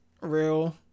real